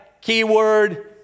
keyword